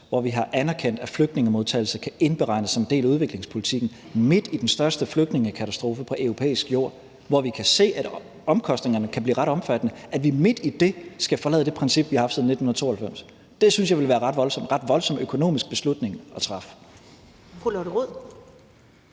hvor vi har anerkendt, at flygtningemodtagelse kan indregnes som en del af udviklingspolitikken – midt i den største flygtningekatastrofe på europæisk jord, hvor vi kan se, at omkostningerne kan blive ret omfattende, skal forlade det princip, vi har haft siden 1992. Det synes jeg ville være en ret voldsom økonomisk beslutning at træffe.